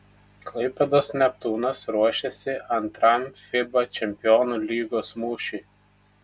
klaipėdos neptūnas ruošiasi antram fiba čempionų lygos mūšiui